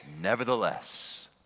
Nevertheless